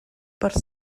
per